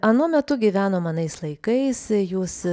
anuo metu gyvenom anais laikais jūs